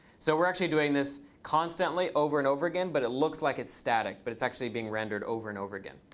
so we're actually doing this constantly over and over again. but it looks like it's static. but it's actually being rendered over and over again.